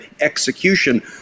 execution